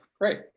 great